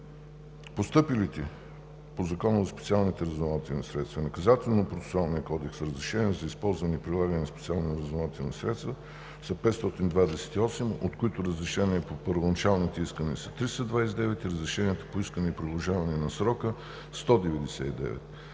постъпилите по Закона за специалните разузнавателни средства и Наказателно-процесуалния кодекс разрешения за използване и прилагане на специални разузнавателни средства са 528, от които разрешенията по първоначалните искания са 329 и разрешенията по искания за продължаване на срока са 199.